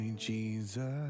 jesus